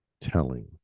telling